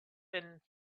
been